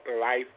life